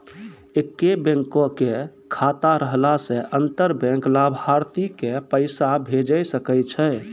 एक्के बैंको के खाता रहला से अंतर बैंक लाभार्थी के पैसा भेजै सकै छै